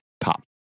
top